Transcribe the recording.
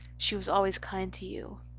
she was always kind to you.